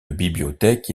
bibliothèque